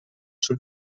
sul